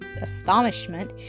astonishment